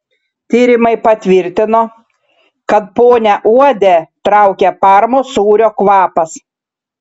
tyrimai patvirtino kad ponią uodę traukia parmos sūrio kvapas